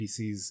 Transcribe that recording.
pcs